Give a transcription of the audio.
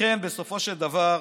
לכן, בסופו של דבר,